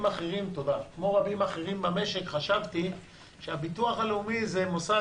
אחרים במשק חשבתי שהביטוח הלאומי הוא מוסד